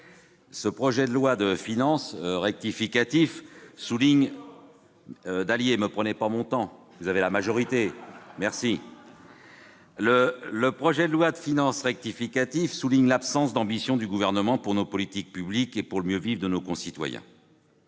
Ce projet de loi de finances rectificative, quant à lui, souligne l'absence d'ambition du Gouvernement pour nos politiques publiques et pour le mieux-vivre de nos concitoyens.